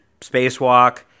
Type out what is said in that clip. spacewalk